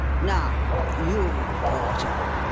now, you porter!